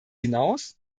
hinaus